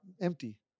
empty